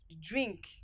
drink